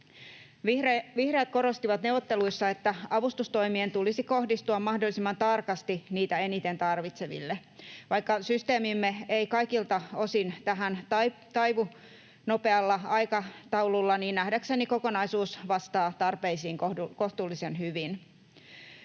Vihreät korostivat neuvotteluissa, että avustustoimien tulisi kohdistua mahdollisimman tarkasti niitä eniten tarvitseville. Vaikka systeemimme ei kaikilta osin tähän taivu nopealla aikataululla, niin nähdäkseni kokonaisuus vastaa tarpeisiin kohtuullisen hyvin.